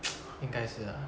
应该是啦